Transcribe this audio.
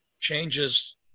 changes